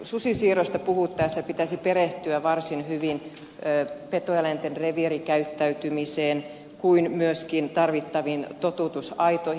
susisiirroista puhuttaessa pitäisi perehtyä varsin hyvin petoeläinten reviirikäyttäytymiseen kuin myöskin tarvittaviin totutusaitoihin